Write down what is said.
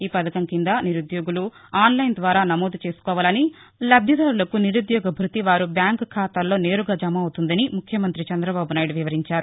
ఈ పథకం కింద నిరుద్యోగులు ఆన్లైన్ ద్వారా నమోదు చేసుకోవాలని లబ్దిదారులకు నిరుద్యోగ భృతి వారి బ్యాంకు ఖాతాల్లో నేరుగా జమ అవుతుందని ముఖ్యమంతి చంద్రబాబు నాయుడు వివరించారు